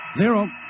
zero